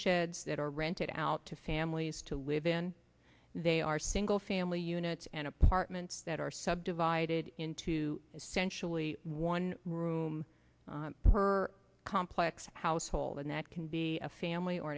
shed that are rented out to families to live in they are single family units and apartments that are subdivided into essentially one room per complex household and that can be a family or